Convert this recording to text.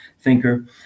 thinker